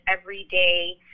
everyday